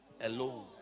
alone